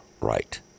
right